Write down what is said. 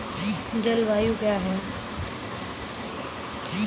जलवायु क्या है?